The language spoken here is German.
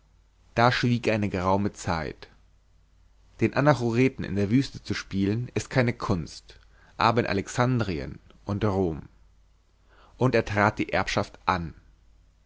da schwieg er eine geraume zeit den anachoreten in der wüste zu spielen ist keine kunst aber in alexandrien und rom und er trat die erbschaft an